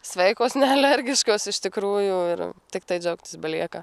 sveikos nealergiškos iš tikrųjų ir tiktai džiaugtis belieka